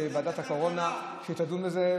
ועדת הקורונה שתדון בזה,